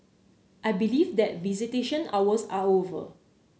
I believe that visitation hours are over